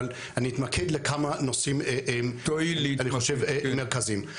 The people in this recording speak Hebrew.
אבל אני אתמקד בכמה נושאים אני חושב מרכזיים.